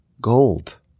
gold